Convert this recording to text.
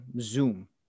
zoom